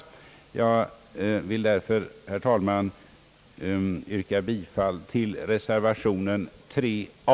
Jag ber därför, herr talman, att få yrka bifall till reservation 3 a.